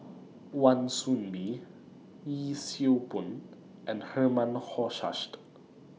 Wan Soon Bee Yee Siew Pun and Herman Hochstadt